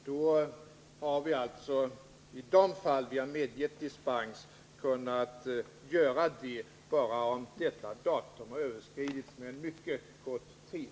Vi har alltså, i de fall där vi har medgett dispens, kunnat göra det bara om detta datum har överskridits med mycket kort tid.